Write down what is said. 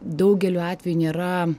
daugeliu atveju nėra